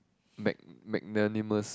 mag~ magnanimous